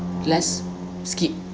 let's skip